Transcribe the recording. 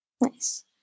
Nice